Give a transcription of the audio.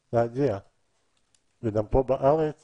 גם פה בארץ